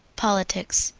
politics.